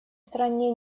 стране